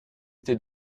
était